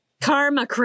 Karma